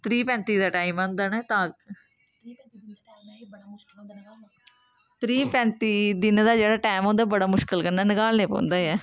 त्रीह् पैंती दा टाईम होंदा तां उ'नेंगी त्रीह् पैंत्ती दिनें दा जेह्ड़ा टाईम होंदा ऐ ओह् बड़े मुश्कल कन्नै निकालनां पौंदा ऐ